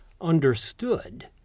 understood